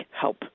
help